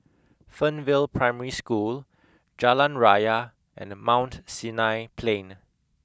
Fernvale Primary School Jalan Raya and Mount Sinai Plain